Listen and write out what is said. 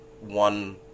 one